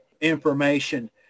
information